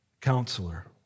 counselor